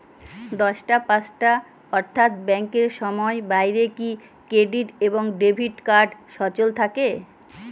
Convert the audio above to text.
দশটা পাঁচটা অর্থ্যাত ব্যাংকের সময়ের বাইরে কি ক্রেডিট এবং ডেবিট কার্ড সচল থাকে?